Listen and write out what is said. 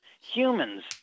Humans